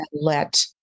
let